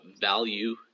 value